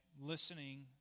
listening